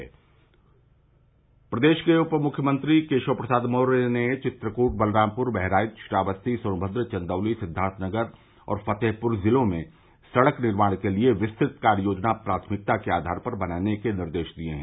प श श श श श श श प्रदेश के उप मुख्यमंत्री केशव प्रसाद मौर्य ने चित्रकूट बलरामपुर बहराइच श्रावस्ती सोनभद्र चन्दौली सिद्दार्थनगर और फतेहपुर ज़िलों में सड़क निर्माण के लिए विस्तृत कार्ययोजना प्राथमिकता के आधार पर बनाने का निर्देश दिया है